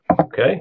Okay